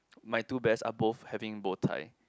my two bears are both having bow ties